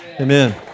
Amen